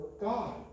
God